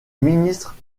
ministre